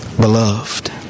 beloved